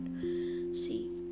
see